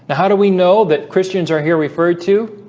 how do we know that christians are here referred to